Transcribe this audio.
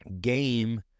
game